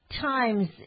times